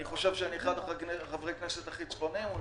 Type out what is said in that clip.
אני חושב שאני אחד מחברי הכנסת הכי צפוניים,